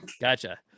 Gotcha